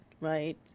Right